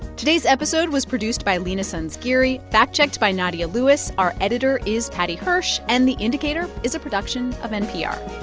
today's episode was produced by lena sansgerry, fact-checked by nadia lewis. our editor is paddy hirsch, and the indicator is a production of npr